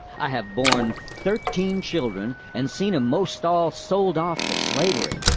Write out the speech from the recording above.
i have borne thirteen children and seen em most all sold off to slavery,